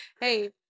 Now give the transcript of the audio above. Hey